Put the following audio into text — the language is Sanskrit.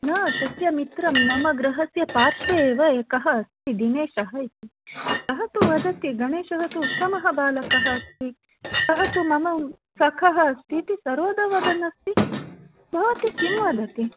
न तस्य मित्रं मम गृहस्य पार्श्वे एव एकः अस्ति दिनेशः इति सः तु वदति गणेशः तु उत्तमः बालकः अस्ति सः तु मम सखः अस्तीति सर्वदा वदन्नस्ति भवती किं वदति